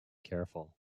careful